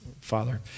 Father